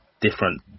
different